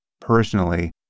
personally